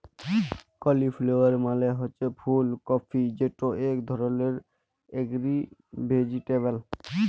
cauliflower মালে হছে ফুল কফি যেট ইক ধরলের গ্রিল ভেজিটেবল